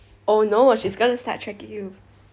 oh no she's gonna start tracking you